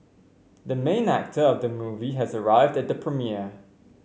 the main actor of the movie has arrived at the premiere